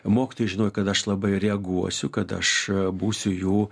mokytojai žino kad aš labai reaguosiu kad aš būsiu jų